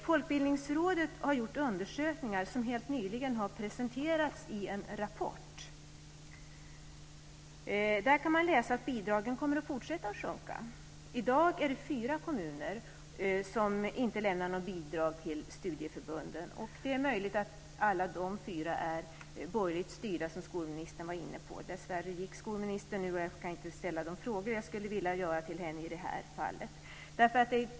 Folkbildningsrådet har gjort undersökningar som helt nyligen har presenterats i en rapport. Där kan man läsa att bidragen kommer att fortsätta sjunka. I dag är det fyra kommuner som inte lämnar något bidrag till studieförbunden. Det är möjligt att alla fyra är borgerligt styrda, som skolministern var inne på. Dessvärre gick skolministern nu och jag kan inte ställa de frågor jag skulle vilja ställa till henne i det här fallet.